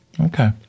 Okay